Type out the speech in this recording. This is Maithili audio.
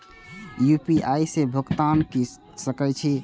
यू.पी.आई से भुगतान क सके छी?